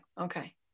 okay